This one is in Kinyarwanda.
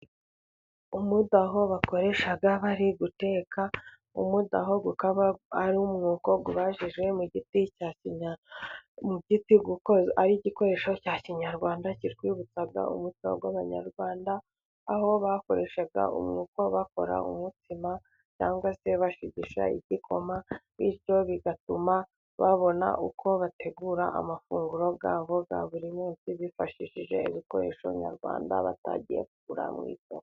Umudaho bakoresha bari guteka, umudaho ukaba ari umwuko ubajije mu giti, kuko ari igikoresho cya kinyarwanda kitwibutsa umuco w'Abanyarwanda. Aho bakoreshaga umwuko bakora umutsima cyangwa se bashigisha igikoma. Bityo bigatuma babona uko bategura amafunguro yabo ya buri munsi, bifashishije ibikoresho nyarwanda batagiye kugura mu isoko.